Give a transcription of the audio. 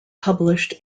published